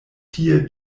tie